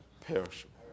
perishable